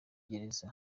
gereza